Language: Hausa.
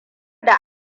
da